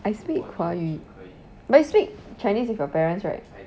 I speak 华语 but you speak chinese with your parents right